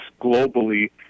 globally